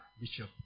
bishop